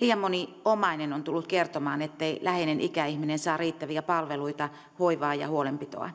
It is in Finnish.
liian moni omainen on tullut kertomaan ettei läheinen ikäihminen saa riittäviä palveluita hoivaa ja huolenpitoa